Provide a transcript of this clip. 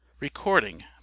Recording